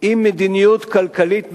עם מדיניות כלכלית מאוזנת,